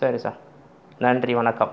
சரி சார் நன்றி வணக்கம்